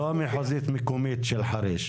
לא המחוזית-מקומית של חריש.